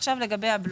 עכשיו לגבי הבלו